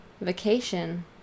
Vacation